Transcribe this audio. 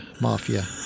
mafia